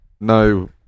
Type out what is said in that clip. no